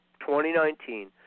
2019